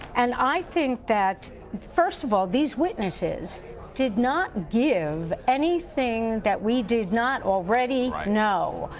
and i think that first of all, these witnesses did not give anything that we did not already know.